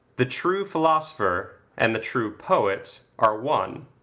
the true philosopher and the true poet are one,